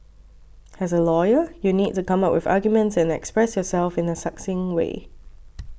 as a lawyer you'll need to come up with arguments and express yourself in a succinct way